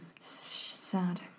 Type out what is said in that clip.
Sad